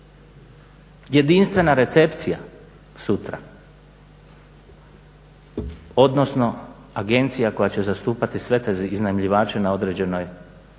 jedinstvena recepcija sutra odnosno agencija koja će zastupati sve ta iznajmljivače u određenoj